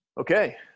okay